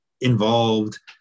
involved